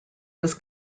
was